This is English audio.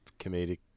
comedic